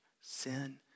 sin